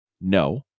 no